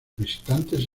visitantes